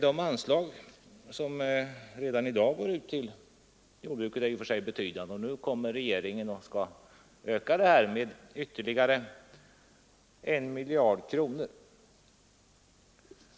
De anslag som redan i dag utgår till jordbruket är i och för sig betydande, och nu kommer regeringen och skall öka anslagen med 1 miljard kronor.